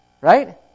Right